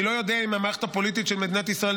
אני לא יודע אם המערכת הפוליטית של מדינת ישראל,